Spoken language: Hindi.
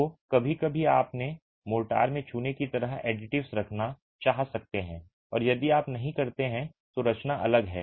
तो कभी कभी आप अपने मोर्टार में चूने की तरह एडिटिव्स रखना चाह सकते हैं और यदि आप नहीं करते हैं तो रचना अलग है